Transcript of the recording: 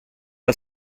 dal